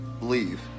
leave